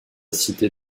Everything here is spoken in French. cité